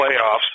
playoffs